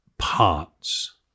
parts